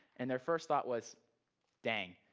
and their first thought was dang,